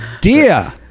dear